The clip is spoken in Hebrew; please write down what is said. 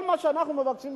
כל מה שאנחנו מבקשים,